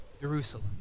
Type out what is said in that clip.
Jerusalem